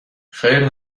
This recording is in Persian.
خیر